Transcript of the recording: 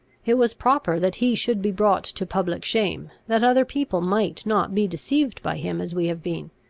it was proper that he should be brought to public shame, that other people might not be deceived by him as we have been.